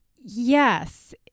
yes